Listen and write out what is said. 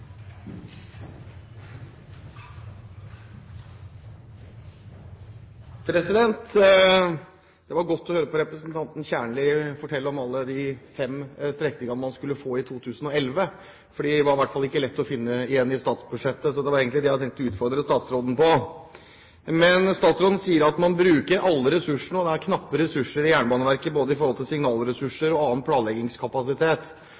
Det var godt å høre representanten Kjernli fortelle om alle de fem strekningene man skulle få i 2011, for de var det i hvert fall ikke lett å finne igjen i statsbudsjettet. Det var egentlig det jeg hadde tenkt å utfordre statsråden på. Men statsråden sier at man bruker alle ressursene, og det er knappe ressurser i Jernbaneverket, både når det gjelder signalressurser og annen planleggingskapasitet. Men man har altså funnet ressurser til